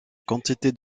quantité